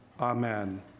Amen